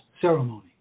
ceremony